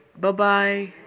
Bye-bye